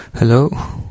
Hello